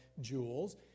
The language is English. jewels